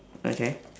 okay